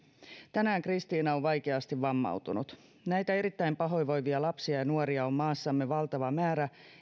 tänään kristiina on vaikeasti vammautunut näitä erittäin pahoinvoivia lapsia ja nuoria on maassamme valtava määrä